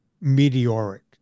meteoric